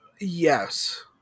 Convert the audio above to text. Yes